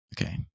Okay